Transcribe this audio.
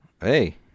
Hey